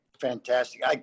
Fantastic